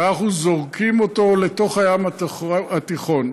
ואנחנו זורקים לתוך הים התיכון.